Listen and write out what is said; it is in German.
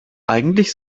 eigentlich